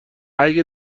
اگه